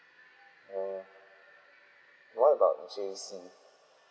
mm what about J_C